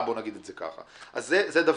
אז אומרים לך למלא במחשב,